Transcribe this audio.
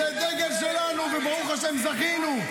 זה הדגל שלנו, וברוך השם, זכינו.